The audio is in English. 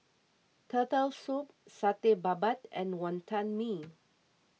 Turtle Soup Satay Babat and Wantan Mee